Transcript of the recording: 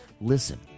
Listen